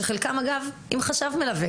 שחלקם כבר עם חשב מלווה,